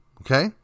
Okay